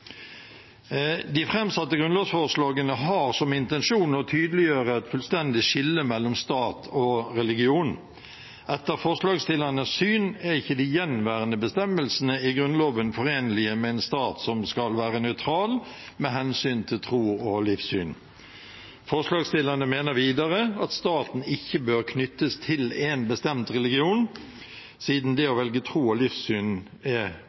De framsatte grunnlovsforslagene har som intensjon å tydeliggjøre et fullstendig skille mellom stat og religion. Etter forslagsstillernes syn er ikke de gjenværende bestemmelsene i Grunnloven forenlige med en stat som skal være nøytral med hensyn til tro og livssyn. Forslagsstillerne mener videre at staten ikke bør knyttes til én bestemt religion, siden det å velge tro og livssyn er